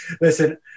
Listen